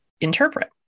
interpret